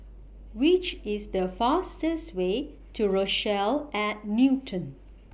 Which IS The fastest Way to Rochelle At Newton